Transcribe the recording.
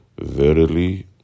verily